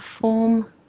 form